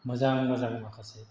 मोजां मोजां माखासे